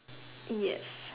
yes